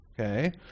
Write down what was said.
okay